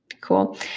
cool